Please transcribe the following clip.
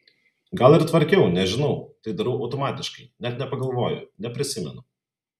gal ir tvarkiau nežinau tai darau automatiškai net nepagalvoju neprisimenu